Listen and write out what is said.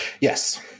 Yes